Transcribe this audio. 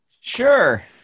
Sure